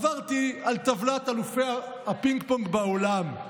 עברתי על טבלת אלופי הפינג-פונג בעולם.